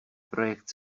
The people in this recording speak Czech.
projekt